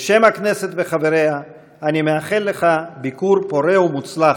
בשם הכנסת וחבריה, אני מאחל לך ביקור פורה ומוצלח.